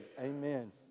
Amen